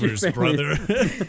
brother